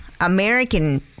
american